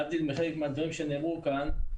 להבדיל מחלק מהדברים שנאמרו כאן,